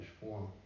form